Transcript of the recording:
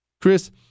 Chris